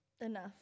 Enough